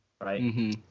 right